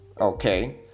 okay